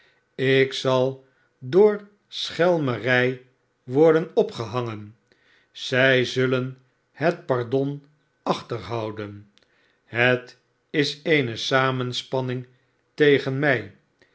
ik zal door schelmerij worden opgehangen zij zullen het pardon achterhouden het is eene samenspanning tegen mij